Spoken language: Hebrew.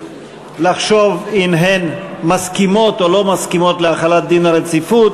שבועיים לחשוב אם הן מסכימות או לא מסכימות להחלת דין הרציפות.